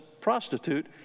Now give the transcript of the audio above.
prostitute